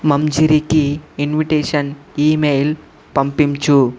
మంజిరికి invitation email పంపించు